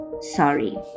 Sorry